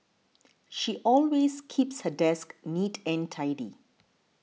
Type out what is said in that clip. she always keeps her desk neat and tidy